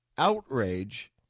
Outrage